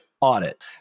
audit